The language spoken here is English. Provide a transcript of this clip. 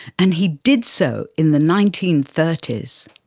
and he did so in the nineteen thirty s.